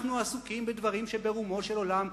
אנחנו עסוקים בדברים שברומו של עולם,